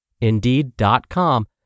Indeed.com